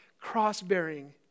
cross-bearing